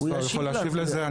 הוא יכול להשיב לזה.